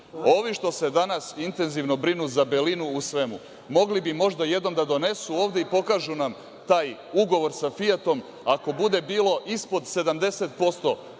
Ovim što se danas intenzivno brinu za belinu u svemu, mogli bi možda jednom da donesu ovde i pokažu nam taj ugovor sa „Fijatom“ ako bude bilo ispod 70%